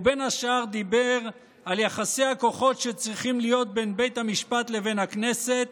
ובין השאר דיבר על יחסי הכוחות שצריכים להיות בין בית המשפט לבין הכנסת